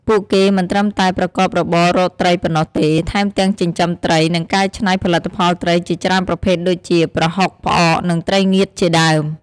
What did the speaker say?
ពួកគេមិនត្រឹមតែប្រកបរបររកត្រីប៉ុណ្ណោះទេ ថែមទាំងចិញ្ចឹមត្រី និងកែច្នៃផលិតផលត្រីជាច្រើនប្រភេទដូចជា ប្រហុក ផ្អក និងត្រីងៀតជាដើម។